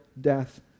death